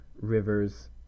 Rivers